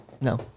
No